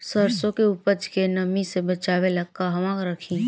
सरसों के उपज के नमी से बचावे ला कहवा रखी?